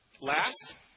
Last